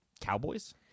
Cowboys